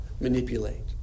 manipulate